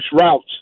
routes